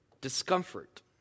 Discomfort